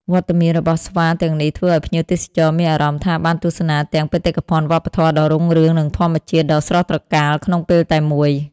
វត្តមានរបស់ស្វាទាំងនេះធ្វើឱ្យភ្ញៀវទេសចរមានអារម្មណ៍ថាបានទស្សនាទាំងបេតិកភណ្ឌវប្បធម៌ដ៏រុងរឿង និងធម្មជាតិដ៏ស្រស់ត្រកាលក្នុងពេលតែមួយ។